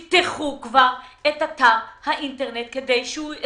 תפתחו כבר את אתר האינטרנט כדי שאפשר